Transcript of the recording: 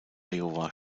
iowa